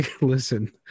Listen